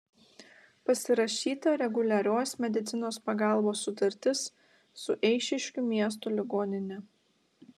pasirašyta reguliarios medicinos pagalbos sutartis su eišiškių miesto ligonine